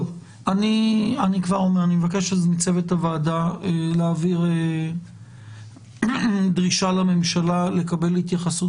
אני מבקש מצוות הוועדה להעביר דרישה לממשלה לקבל התייחסות